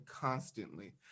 constantly